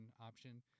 option